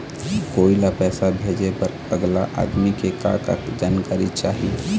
कोई ला पैसा भेजे बर अगला आदमी के का का जानकारी चाही?